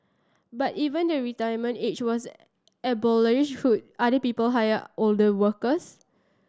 but even the retirement age was abolished other people hire older workers